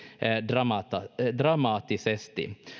dramaattisesti dramaattisesti